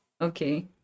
Okay